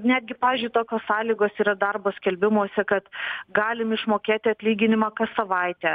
netgi pavyzdžiui tokios sąlygos yra darbo skelbimuose kad galim išmokėti atlyginimą kas savaitę